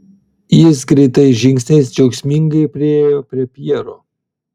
jis greitais žingsniais džiaugsmingai priėjo prie pjero